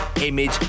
image